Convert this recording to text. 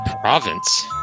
Province